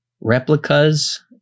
Replicas